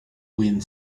wind